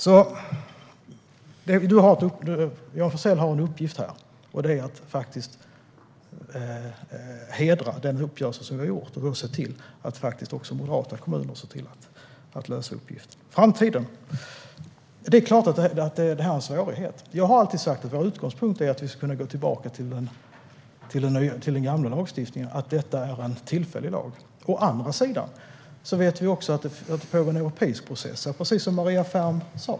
Johan Forssell har här en uppgift, och det är att hedra den uppgörelse vi har gjort och att då se till att också moderata kommuner löser uppgiften. Sedan gäller det framtiden. Det är klart att det här är en svårighet. Jag har alltid sagt att vår utgångspunkt är att vi ska kunna gå tillbaka till den gamla lagstiftningen och att detta är en tillfällig lag. Å andra sidan vet vi också att det pågår en europeisk process, precis som Maria Ferm sa.